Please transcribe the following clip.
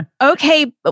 okay